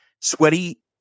sweaty